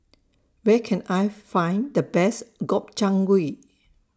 Where Can I Find The Best Gobchang Gui